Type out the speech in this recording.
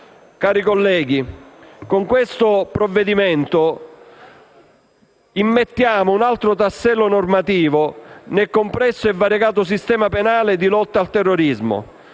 Cari colleghi, con questo provvedimento immettiamo un altro tassello normativo nel complesso e variegato sistema penale di lotta al terrorismo.